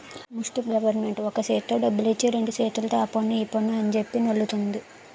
ముస్టి గవరమెంటు ఒక సేత్తో డబ్బులిచ్చి రెండు సేతుల్తో ఆపన్ను ఈపన్ను అంజెప్పి నొల్లుకుంటంది